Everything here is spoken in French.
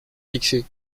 fixé